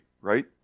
right